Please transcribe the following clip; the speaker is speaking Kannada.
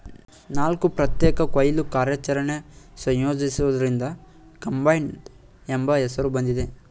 ನಾಲ್ಕು ಪ್ರತ್ಯೇಕ ಕೊಯ್ಲು ಕಾರ್ಯಾಚರಣೆನ ಸಂಯೋಜಿಸೋದ್ರಿಂದ ಕಂಬೈನ್ಡ್ ಎಂಬ ಹೆಸ್ರು ಬಂದಿದೆ